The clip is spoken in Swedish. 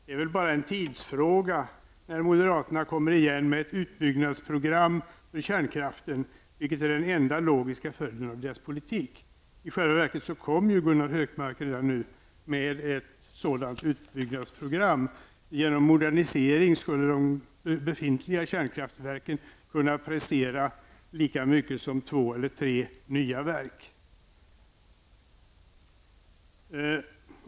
Det är väl bara en tidsfråga när moderaterna kommer igenom med ett utbyggnadsprogram för kärnkraften, vilket är den enda logiska följden av deras politik. I själva verket kommer ju Gunnar Hökmark redan nu med ett sådant utbyggnadsprogram. Genom modernisering skulle de befintliga kärnkraftverken kunna prestera lika mycket som två eller tre nya verk.